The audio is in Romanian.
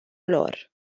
lor